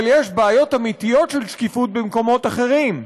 אבל יש בעיות אמיתיות של שקיפות במקומות אחרים.